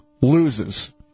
loses